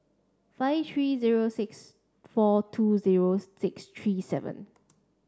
five three zero six four two zero six three seven